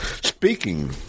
Speaking